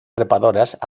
trepadoras